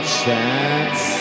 chance